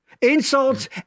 insults